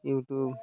you tube